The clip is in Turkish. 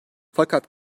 fakat